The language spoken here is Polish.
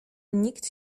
nikt